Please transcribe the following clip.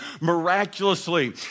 miraculously